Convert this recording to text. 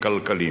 כלכליים.